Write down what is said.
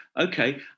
Okay